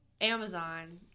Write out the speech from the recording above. Amazon